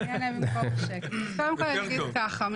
יותר טוב.